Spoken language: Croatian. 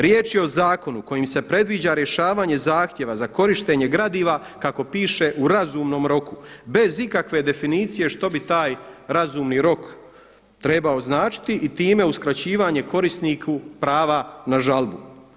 Riječ je o zakonu kojim se predviđa rješavanje zahtjeva za korištenje gradiva kako piše u razumnom roku bez ikakve definicije što bi taj razumni rok trebao značiti i time uskraćivanje korisniku prava na žalbu.